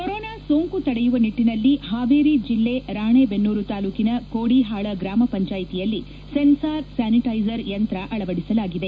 corona ಸೋಂಕು ತಡೆಯುವ ನಿಟ್ಟನಲ್ಲಿ ಹಾವೇರಿ ಜಲ್ಲೆ ರಾಣೆ ಬೆನ್ನೂರು ತಾಲೂಕಿನ ಕೋಡಿಹಾಳ ಗ್ರಾಮಪಂಚಾಯಿತಿಯಲ್ಲಿ ಸೆನ್ಸಾರ್ ಸ್ಯಾನಿಟೈಸರ್ ಯಂತ್ರ ಅಳವಡಿಸಲಾಗಿದೆ